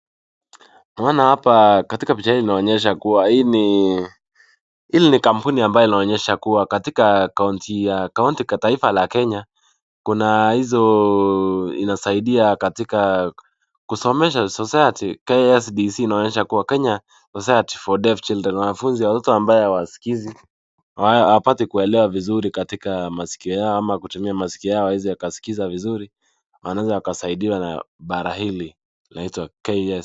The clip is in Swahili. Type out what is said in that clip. Naona hapa katika picha hii inaonyesha kuwa ni, hili ni kampuni ambayo inaonyesha katika County ka taifa la Kenya Kuna hizo inasaidia katika kusomesha society KSDC Kenya Society For Deaf Children wanafunza watoto ambao hawaskizi wapate kuelewa vizuri kwa maskio yao ama kutumia maskio yao yapate kuskia vizuri wanaweza kusaidiwa na idhara Lili inaitwaKSDC.